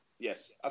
Yes